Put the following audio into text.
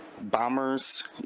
bombers